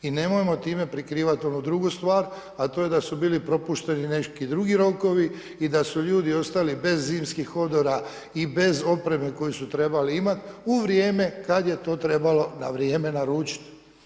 I nemojmo time prikrivati onu drugu stvar, a to je da su bili propušteni neki drugi rokovi i da su ljudi ostali bez zimskih odora i bez opreme koju su trebali imati u vrijeme kad je to trebalo na vrijeme naručiti.